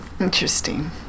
Interesting